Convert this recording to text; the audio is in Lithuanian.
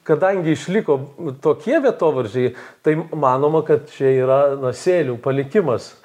kadangi išliko tokie vietovardžiai tai manoma kad čia yra na sėlių palikimas